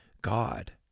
God